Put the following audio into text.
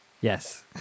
yes